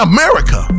America